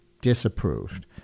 disapproved